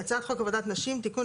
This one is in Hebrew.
"הצעת חוק עבודת נשים (תיקון,